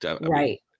right